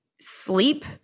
sleep